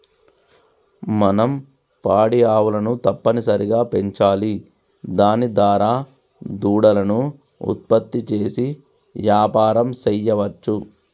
మనం పాడి ఆవులను తప్పనిసరిగా పెంచాలి దాని దారా దూడలను ఉత్పత్తి చేసి యాపారం సెయ్యవచ్చు